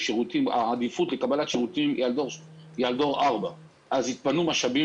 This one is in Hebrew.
העדיפות לקבלת שירותים היא לדור 4. אז יתפנו משאבים